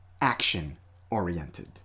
action-oriented